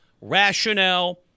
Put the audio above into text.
rationale